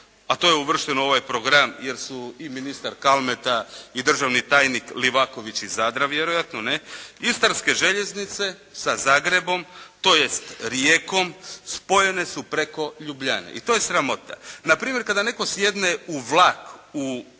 a to je uvršteno u ovaj program jer su i ministar Kalmeta i državni tajnik Livaković iz Zadra vjerojatno, ne? Istarske željeznice sa Zagrebom, tj. Rijekom spojene su preko Ljubljane i to je sramota. Na primjer, kada netko sjedne u vlak u Puli